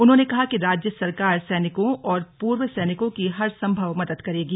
उन्होंने कहा कि राज्य सरकार सैनिकों और पूर्व सैनिकों की हर संभव मदद करेगी